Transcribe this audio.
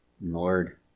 Lord